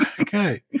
Okay